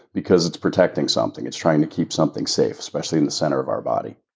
because it's protecting something. it's trying to keep something safe, especially in the center of our body.